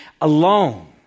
alone